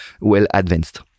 well-advanced